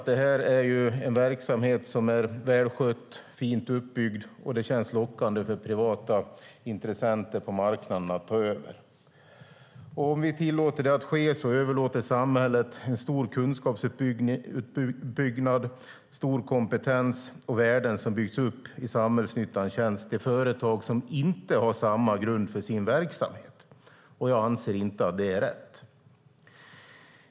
Det är en verksamhet som är välskött och fint uppbyggd, och det känns lockande för privata intressenter på marknaden att ta över den. Om vi tillåter det att ske överlåter samhället en stor kunskapsuppbyggnad, stor kompetens och värden som byggts upp i samhällsnyttans tjänst till företag som inte har samma grund för sin verksamhet. Jag anser inte att det är rätt.